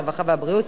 הרווחה והבריאות,